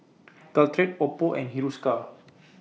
Caltrate Oppo and Hiruscar